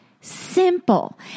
simple